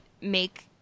make